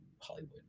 hollywood